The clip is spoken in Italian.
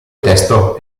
testo